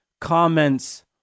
comments